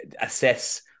assess